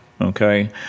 okay